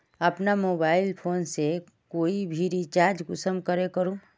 अपना mobile phone से कोई भी रिचार्ज कुंसम करे करूम?